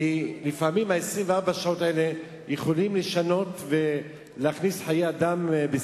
כי לפעמים ה-24 שעות האלה יכולות לשנות ולסכן חיי אדם.